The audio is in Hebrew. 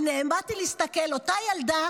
נעמדתי להסתכל, אותה ילדה